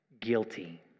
guilty